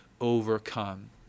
overcome